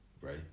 right